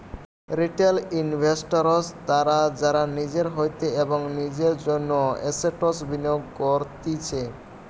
retail investors তারা যারা নিজের হইতে এবং নিজের জন্য এসেটস বিনিয়োগ করতিছে